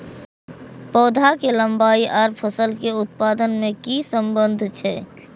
पौधा के लंबाई आर फसल के उत्पादन में कि सम्बन्ध छे?